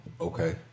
Okay